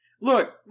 Look